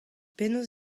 penaos